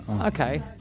Okay